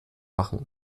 machen